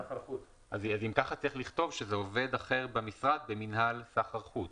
--- אם כך צריך לכתוב שזה עובד אחר במשרד במינהל סחר חוץ.